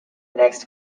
next